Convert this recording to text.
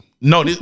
No